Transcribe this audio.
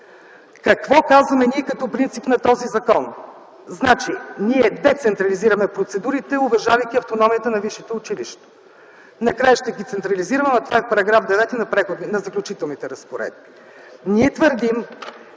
какво казваме ние като принцип на този закон? Значи, ние децентрализираме процедурите, уважавайки автономията на висшето училище. Накрая ще ги централизираме, но това е в § 9 на Заключителни разпоредби.